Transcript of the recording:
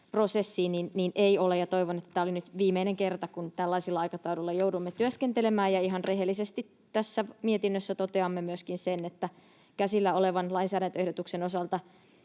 lisätalousarvioprosessiin. Toivon, että tämä oli nyt viimeinen kerta, kun tällaisella aikataululla joudumme työskentelemään. Ihan rehellisesti tässä mietinnössä toteamme myöskin sen, että käsillä olevan lainsäädäntöehdotuksen osalta